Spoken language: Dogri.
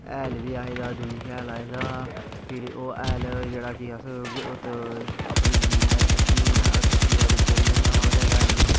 हैल बी आए दा दूनी हैल बी आए दा फिर ओह् हैल जेह्ड़ा कि अस अपनी जमीनै पर सु'ट्टने न खेतीबाड़ी करने न ओह्दे पर